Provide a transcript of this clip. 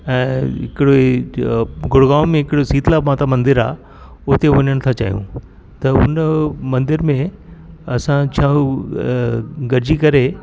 ऐं हिकिड़ी गुड़गाव में हिकिड़ी शितला माता मंदिर आहे हुते वञण था चाहियूं त हुन मंदिर में असां छह गॾिजी करे